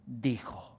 dijo